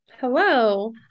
Hello